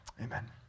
Amen